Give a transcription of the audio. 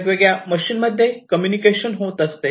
वेगवेगळ्या मशीन मध्ये कम्युनिकेशन होत असते